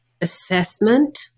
assessment